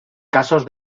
casos